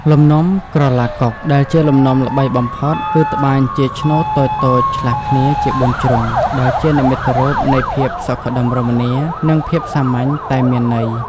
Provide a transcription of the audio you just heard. លំនាំ ក្រឡាកុក ដែលជាលំនាំល្បីបំផុត គឺត្បាញជាឆ្នូតតូចៗឆ្លាស់គ្នាជាបួនជ្រុង ដែលជានិមិត្តរូបនៃភាពសុខដុមរមនា និងភាពសាមញ្ញតែមានន័យ។